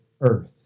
earth